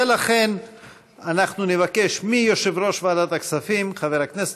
ולכן אנחנו נבקש מיושב-ראש ועדת הכספים חבר הכנסת